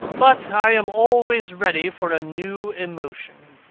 but i am always ready for a new emotion.